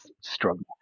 struggle